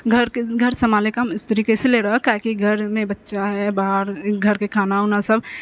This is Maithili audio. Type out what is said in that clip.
घरके घर सम्हालेके काम स्त्रीके इसीलिये रहै काहेकि घरमे बच्चा है बाहर घरके खाना वाना सब